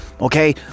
Okay